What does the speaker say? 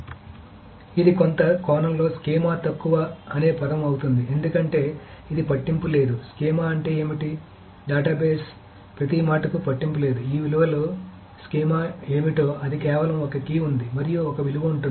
కాబట్టి ఇది కొంత కోణంలో స్కీమా తక్కువ అనే పదం అవుతుంది ఎందుకంటే ఇది పట్టింపు లేదు స్కీమా అంటే ఏమిటి డేటాబేస్ ప్రతి మాటకు పట్టింపు లేదు ఈ విలువలో స్కీమా ఏమిటో అది కేవలం ఒక కీ ఉంది మరియు ఒక విలువ ఉంది